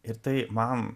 ir tai man